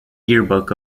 yearbook